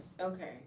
Okay